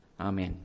Amen